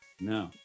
No